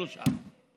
שלושה.